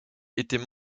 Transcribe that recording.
étaient